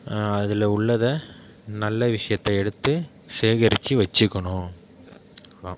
அதில் உள்ளதை நல்ல விஷியத்தை எடுத்து சேகரித்து வச்சுக்கணும் அதுதான்